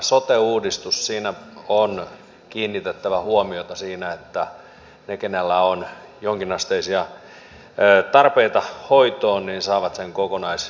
sote uudistuksessa on kiinnitettävä huomiota siihen että ne joilla on jonkinasteisia tarpeita hoitoon saavat sen kokonaisvaltaisesti